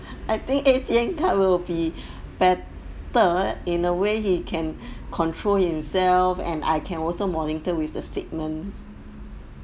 I think A_T_M card will be better in a way he can control himself and I can also monitor with the statements